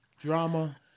drama